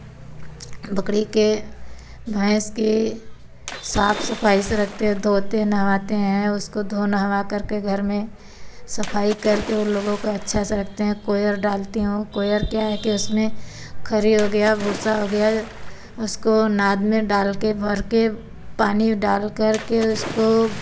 बकरी के भैंस को साफ़ साफ़ाई से रखते हैं धोते हैं नहलाते हैं उसको धो नहलाकर के घर में सफ़ाई करके उन लोगों को अच्छा से रखते हैं कोयर डालती हूँ कोयर क्या है कि उसमें खरी हो गया भूसा हो गया उसको नाद में डाल के भर के पानी डालकर के उसको